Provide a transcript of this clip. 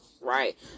right